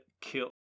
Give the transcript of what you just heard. kill